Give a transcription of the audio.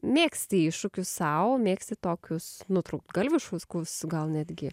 mėgsti iššūkius sau mėgsti tokius nutrūktgalviškus gal netgi